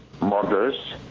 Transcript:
models